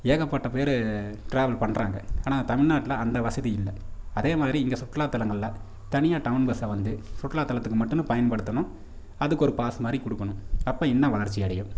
ஏகப்பட்ட பேர் டிராவல் பண்றாங்க ஆனால் தமிழ்நாட்டில் அந்த வசதி இல்லை அதே மாதிரி இங்கே சுற்றுலாத்தலங்களில் தனியாக டவுன் பஸ்ஸை வந்து சுற்றுலாத்தலத்துக்கு மட்டுன்னு பயன்படுத்தணும் அதுக்கு ஒரு பாஸ் மாதிரி கொடுக்கணும் அப்போ இன்னும் வளர்ச்சி அடையும்